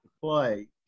play